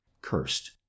cursed